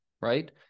right